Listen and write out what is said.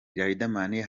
riderman